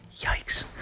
Yikes